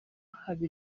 haba